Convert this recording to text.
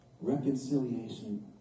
Reconciliation